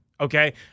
Okay